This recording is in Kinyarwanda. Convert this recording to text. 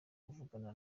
kuvugana